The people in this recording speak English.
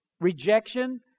rejection